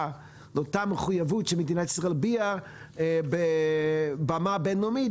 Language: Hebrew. לאותה מחויבות שמדינת ישראל הביעה על במה בין-לאומית,